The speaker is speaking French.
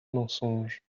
mensonge